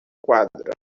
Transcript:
quadra